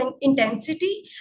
intensity